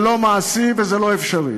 זה לא מעשי וזה לא אפשרי.